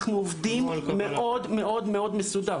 אנחנו עובדים מאוד מסודר.